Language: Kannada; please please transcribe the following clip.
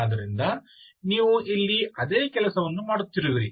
ಆದ್ದರಿಂದ ನೀವು ಇಲ್ಲಿ ಅದೇ ಕೆಲಸವನ್ನು ಮಾಡುತ್ತಿರುವಿರಿ